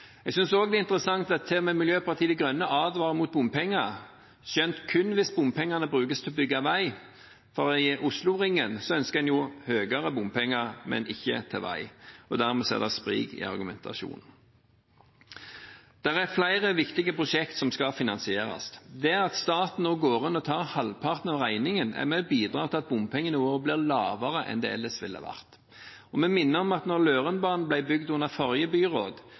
Jeg synes også det er interessant at til og med Miljøpartiet De Grønne advarer mot bompenger, skjønt kun hvis bompengene brukes til å bygge vei. I Oslo-ringen ønsker en mer bompenger, men ikke til vei, og dermed spriker argumentasjonen. Flere viktige prosjekt skal finansieres. At staten nå går inn og tar halvparten av regningen, er med og bidrar til at bompengenivået blir lavere enn det ellers ville vært. Vi minner om at da Løren-banen ble bygd, under forrige byråd,